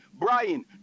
Brian